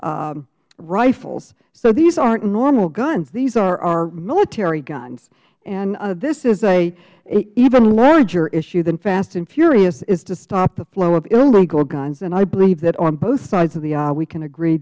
rifles so these aren't normal guns these are our military guns and this is an even larger issue than fast and furious is to stop the flow of illegal guns and i believe that on both sides of the aisle we can agree